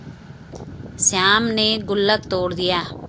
श्याम ने गुल्लक तोड़ दिया